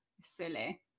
silly